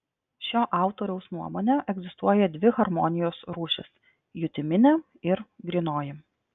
šio autoriaus nuomone egzistuoja dvi harmonijos rūšys jutiminė ir grynoji